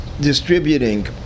distributing